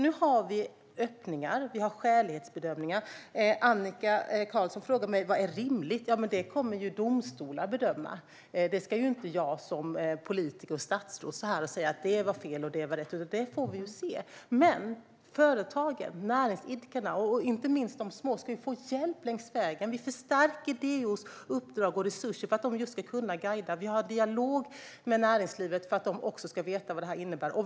Nu har vi öppningar och skälighetsbedömningar. Annika Qarlsson frågar vad som är rimligt. Det kommer domstolar att bedöma. Det ska inte jag som politiker och statsråd säga, utan det får vi se. Men företagen och näringsidkarna, inte minst de små, ska få hjälp längs vägen. Vi förstärker DO:s uppdrag och resurser för att DO ska kunna guida. Vi har dialog med näringslivet för att man där ska veta vad detta innebär.